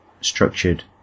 structured